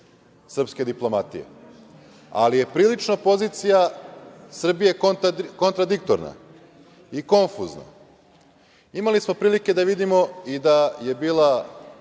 srpske diplomatije, ali je prilično pozicija Srbije kontradiktorna i konfuzna. Imali smo prilike da vidimo i da je bila